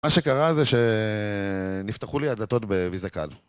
מה שקרה זה שנפתחו לי הדלתות בויזה כאל